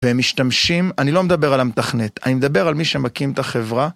והם משתמשים, אני לא מדבר על המתכנת, אני מדבר על מי שמקים את החברה.